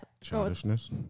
Childishness